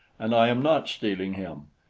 and i am not stealing him.